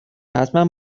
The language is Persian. حتمن